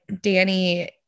Danny